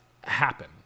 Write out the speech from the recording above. happen